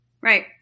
Right